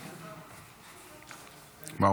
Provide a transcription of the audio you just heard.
בבקשה.